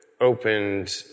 opened